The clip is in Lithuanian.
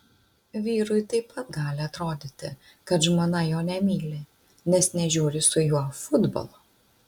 vyrui taip pat gali atrodyti kad žmona jo nemyli nes nežiūri su juo futbolo